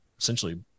essentially